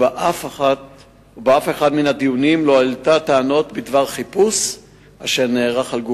ובאף אחד מן הדיונים לא העלתה טענות בדבר חיפוש אשר נערך על גופה.